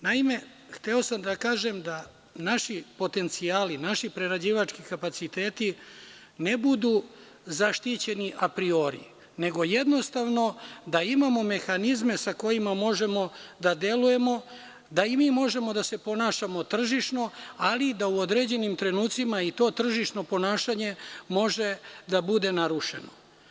Naime, hteo sam da kažem da naši potencijali, naši prerađivački kapaciteti ne budu zaštićeni apriori, nego jednostavno da imamo mehanizme sa kojima možemo da delujemo, da i mi možemo da se ponašamo tržišno, ali i da u određenim trenucima i to tržišno ponašanje može da bude narušeno.